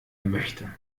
möchte